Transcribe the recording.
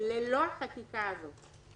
ללא החקיקה הזו?